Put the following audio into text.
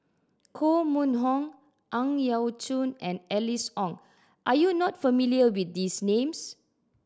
Koh Mun Hong Ang Yau Choon and Alice Ong are you not familiar with these names